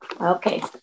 Okay